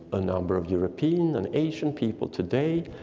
a number of european and asian people today,